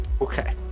Okay